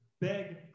Beg